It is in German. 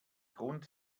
grund